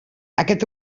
aquest